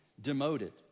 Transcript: demoted